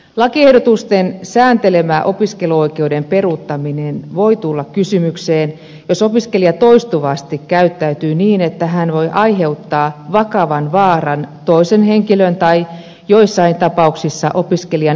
lakiehdotusten sääntelemä opiskeluoikeuden peruuttaminen voi tulla kysymykseen jos opiskelija toistuvasti käyttäytyy niin että hän voi aiheuttaa vakavan vaaran toisen henkilön tai joissain tapauksissa opiskelijan itsensä turvallisuudelle